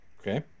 Okay